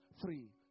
three